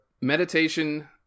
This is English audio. Meditation